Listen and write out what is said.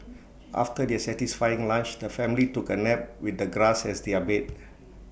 after their satisfying lunch the family took A nap with the grass as their bed